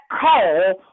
call